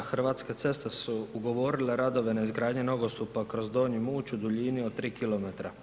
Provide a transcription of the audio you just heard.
Hrvatske ceste su ugovorile radove na izgradnji nogostupa kroz Donji Muć u duljini od 3km.